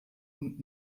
und